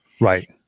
Right